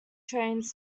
trains